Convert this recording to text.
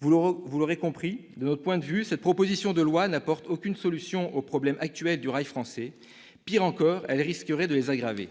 Vous l'aurez compris, de notre point de vue, cette proposition de loi n'apporte aucune solution aux problèmes actuels du rail français. Pis, elle risquerait de les aggraver !